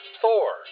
Thor